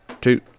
two